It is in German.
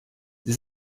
sie